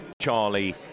Charlie